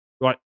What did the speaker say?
Right